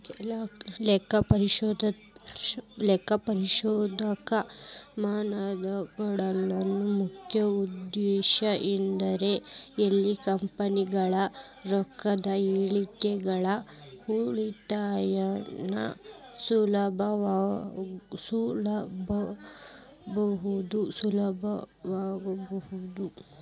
ಲೆಕ್ಕಪರಿಶೋಧಕ ಮಾನದಂಡಗಳ ಮುಖ್ಯ ಉದ್ದೇಶ ಏನಂದ್ರ ಎಲ್ಲಾ ಕಂಪನಿಗಳ ರೊಕ್ಕದ್ ಹೇಳಿಕೆಗಳ ಹೋಲಿಕೆಯನ್ನ ಸುಲಭಗೊಳಿಸೊದು